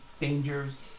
dangers